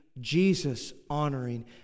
Jesus-honoring